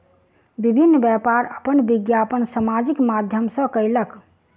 विभिन्न व्यापार अपन विज्ञापन सामाजिक माध्यम सॅ कयलक